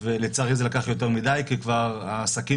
ולצערי זה לקח יותר מדי כי כבר העסקים